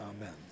Amen